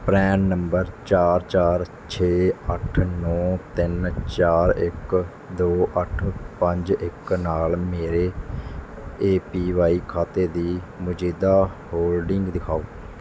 PRAN number ਚਾਰ ਚਾਰ ਛੇ ਅੱਠ ਨੌਂ ਤਿੰਨ ਚਾਰ ਇੱਕ ਦੋ ਅੱਠ ਪੰਜ ਇੱਕ ਨਾਲ ਮੇਰੇ ਏ ਪੀ ਵਾਈ ਖਾਤੇ ਦੀ ਮੌਜੂਦਾ ਹੋਲਡਿੰਗਜ਼ ਦਿਖਾਓ